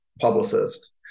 publicist